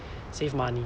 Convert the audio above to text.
save money